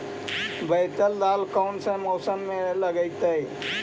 बैतल दाल कौन से मौसम में लगतैई?